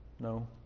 No